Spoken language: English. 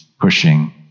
pushing